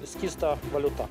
skysta valiuta